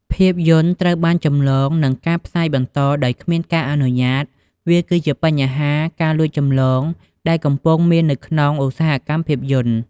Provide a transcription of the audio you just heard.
ភាពយន្តត្រូវបានចម្លង និងការផ្សាយបន្តដោយគ្មានការអនុញ្ញាត វាគឺជាបញ្ហាការលួចចម្លងដែលកំពុងមាននៅក្នុងឧស្សាហកម្មភាពយន្ត។